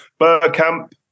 Burkamp